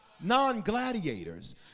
non-gladiators